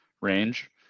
range